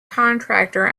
contractor